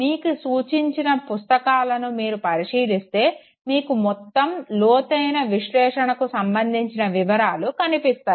మీకు సూచించిన పుస్తకాలను మీరు పరిశీలిస్తే మీకు మొత్తం లోతైన విశ్లేషణకు సంబంధించిన వివరాలు కనిపిస్తాయి